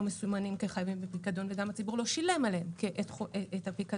מסומנים כחייבים בפיקדון וגם הציבור לא שילם עליהם את הפיקדון.